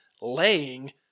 laying